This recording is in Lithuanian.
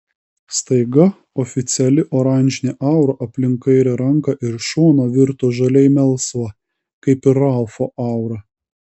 staiga oficiali oranžinė aura aplink kairę ranką ir šoną virto žaliai melsva kaip ir ralfo aura